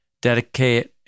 dedicate